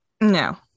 No